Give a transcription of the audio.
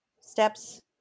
steps